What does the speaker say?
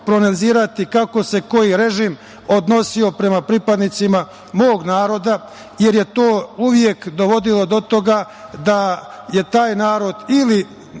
analizirati kako se koji režim odnosio prema pripadnicima mog naroda, jer je to uvek dovodilo do toga da je taj narod ili